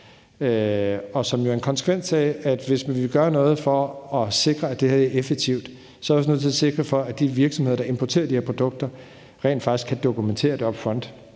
og som jo er en konsekvens af, at hvis vi vil gøre noget for at sikre, at det her er effektivt, er vi også nødt til at sikre, at de virksomheder, der importerer de her produkter, rent faktisk kan dokumentere det up front.